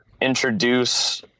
introduce